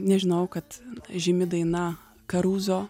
nežinojau kad žymi daina karuzo